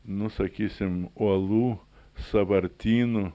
nu sakysim uolų sąvartynų